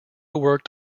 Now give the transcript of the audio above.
worked